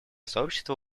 сообщество